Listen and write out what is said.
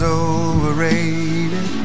overrated